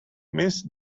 missed